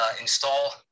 install